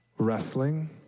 wrestling